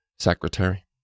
Secretary